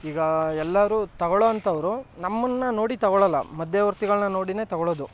ಈಗ ಎಲ್ಲರೂ ತೊಗೊಳ್ಳುವಂಥವ್ರು ನಮ್ಮನ್ನು ನೋಡಿ ತೊಗೊಳ್ಳೋಲ್ಲ ಮಧ್ಯವರ್ತಿಗಳನ್ನ ನೋಡಿಯೇ ತೊಗೊಳ್ಳೋದು